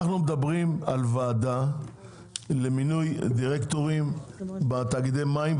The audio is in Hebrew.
אנחנו מדברים על ועדה למינוי דירקטורים בתאגידי מים,